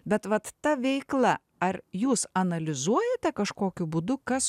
bet vat ta veikla ar jūs analizuojate kažkokiu būdu kas